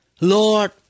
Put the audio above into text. Lord